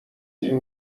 این